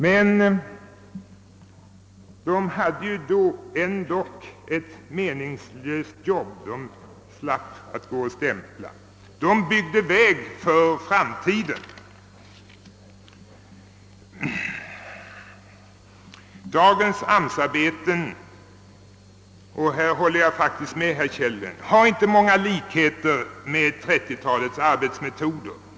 Men de hade dock ett meningsfyllt jobb — de byggde vägar för framtiden och de slapp att gå och stämpla. Dagens AMS-arbeten — och här håller jag med herr Kellgren — har inte många likheter med 1930-talets AK-arbeten.